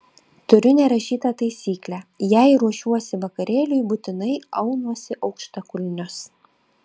turiu nerašytą taisyklę jei ruošiuosi vakarėliui būtinai aunuosi aukštakulnius